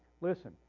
listen